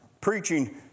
preaching